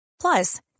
Plus